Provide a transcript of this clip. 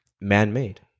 man-made